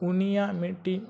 ᱩᱱᱤᱭᱟᱜ ᱢᱤᱫᱴᱮᱱ